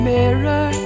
mirror